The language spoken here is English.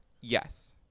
Yes